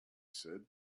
said